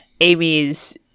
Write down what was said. Amy's